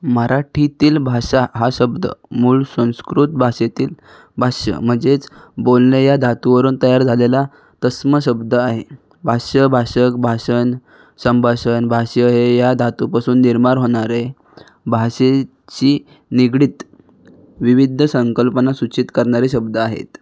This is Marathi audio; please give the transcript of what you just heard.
मराठीतील भाषा हा शब्द मूळ संस्कृत भाषेतील भाष्य मजेच बोलणे या धातूवरून तयार झालेला तस्म शब्द आहे भाष्य भाषक भाषण संभाषण भाष्य हे या धातूपसून निर्माण होणारे भाषेची निगडित विविध संकल्पना सूचित करणारे शब्द आहेत